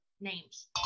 names